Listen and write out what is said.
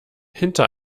hinter